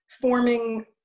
forming